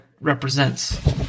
represents